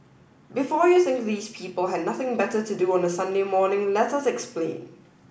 before you think these people had nothing better to do on a Sunday morning let us explain